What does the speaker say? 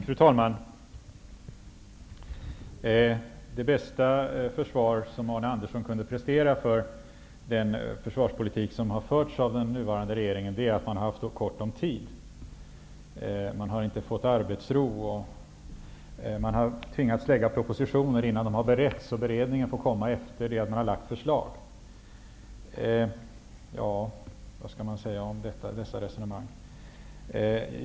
Fru talman! Det bästa försvar som Arne Andersson kunde prestera för den försvarspolitik som har förts av den nuvarande regeringen är att man har haft så ont om tid. Man har inte fått arbetsro, och man har tvingats lägga fram propositioner innan de har beretts, och beredningen har fått ske efter det att förslag har lagts fram. Vad skall man säga om detta resonemang?